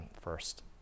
first